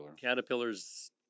Caterpillar's